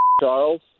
Charles